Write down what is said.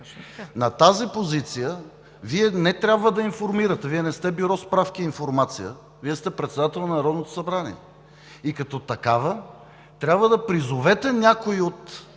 На тази позиция Вие не трябва да информирате, Вие не сте бюро „Справки и информация“, Вие сте председател на Народното събрание, а като такава трябва да призовете някой от